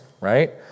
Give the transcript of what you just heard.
right